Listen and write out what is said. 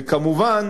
וכמובן,